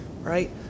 right